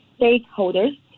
stakeholders